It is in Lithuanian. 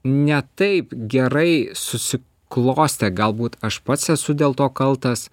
ne taip gerai susiklostė galbūt aš pats esu dėl to kaltas